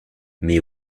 mais